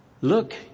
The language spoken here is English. Look